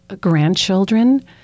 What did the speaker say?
grandchildren